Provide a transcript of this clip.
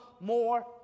more